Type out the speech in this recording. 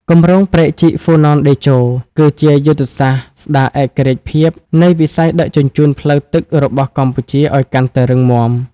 គម្រោងព្រែកជីកហ្វូណនតេជោ គឺជាយុទ្ធសាស្ត្រស្ដារឯករាជ្យភាពនៃវិស័យដឹកជញ្ជូនផ្លូវទឹករបស់កម្ពុជាឱ្យកាន់តែរឹងមាំ។